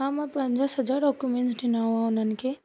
हा मां पंहिंजा सॼा डॉक्यूमेंट्स ॾिना हुआ उन्हनि खे